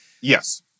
Yes